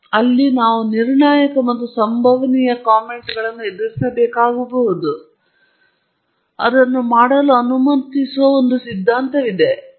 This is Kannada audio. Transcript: ಆದ್ದರಿಂದ ಅಲ್ಲಿ ನಾವು ನಿರ್ಣಾಯಕ ಮತ್ತು ಸಂಭವನೀಯ ಕಾಮೆಂಟ್ಗಳನ್ನು ಎದುರಿಸಬೇಕಾಗಬಹುದು ಮತ್ತು ಅದನ್ನು ಮಾಡಲು ಅನುಮತಿಸುವ ಒಂದು ಸಿದ್ಧಾಂತವಿದೆ